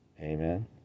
amen